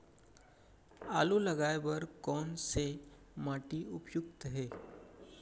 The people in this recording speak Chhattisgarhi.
आलू लगाय बर कोन से माटी उपयुक्त हे?